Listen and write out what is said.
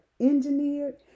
engineered